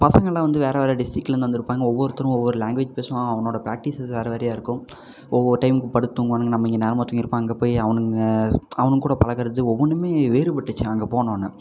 பசங்கெல்லாம் வந்து வேறு வேறு டிஸ்டிக்லிருந்து வந்திருப்பாங்க ஒவ்வொருத்தரும் ஒவ்வொரு லாங்குவேஜ் பேசுவான் அவனோட பிராக்ட்டிசஸ் வேறு வேறாயா இருக்கும் ஒவ்வொரு டைம்க்கு படுத்து தூங்குவானுங்க நம்ம இங்கே நேரமாக தூங்கியிருப்போம் அங்கே போய் அவனுங்க அவனுங்க கூட பழகுவது ஒவ்வொன்றுமே வேறுபட்டுச்சு அங்கே போனோன்ன